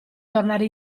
tornare